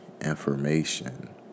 information